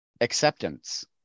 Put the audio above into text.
acceptance